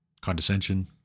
condescension